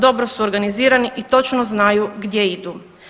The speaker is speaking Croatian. Dobro su organizirani i točno znaju gdje idu.